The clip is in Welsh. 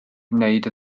wneud